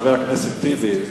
חבר הכנסת טיבי,